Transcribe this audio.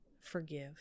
forgive